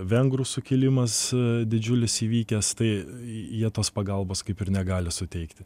vengrų sukilimas didžiulis įvykęs tai jie tos pagalbos kaip ir negali suteikti